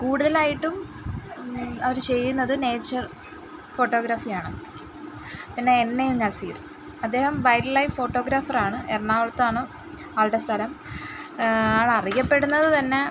കൂടുതലായിട്ടും അവർ ചെയ്യുന്നത് നേച്ചർ ഫോട്ടോഗ്രാഫി ആണ് പിന്നെ എൻ എ നസീർ അദ്ദേഹം വൈൽഡ്ലൈഫ് ഫോട്ടോഗ്രാഫർ ആണ് എറണാകുളത്താണ് ആളുടെ സ്ഥലം ആൾ അറിയപ്പെടുന്നത് തന്നെ